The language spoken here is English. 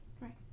Right